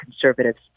Conservatives